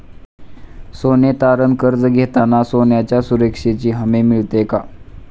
सोने तारण कर्ज घेताना सोन्याच्या सुरक्षेची हमी मिळते का?